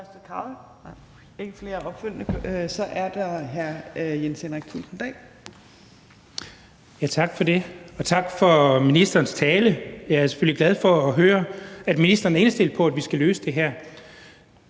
Tak for det. Og tak for ministerens tale. Jeg er selvfølgelig glad for at høre, at ministeren er indstillet på, at vi skal løse det her.